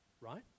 Right